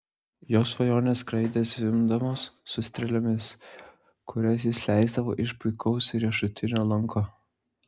jo svajonės skraidė zvimbdamos su strėlėmis kurias jis leisdavo iš puikaus riešutinio lanko